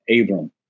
Abram